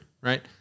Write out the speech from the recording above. right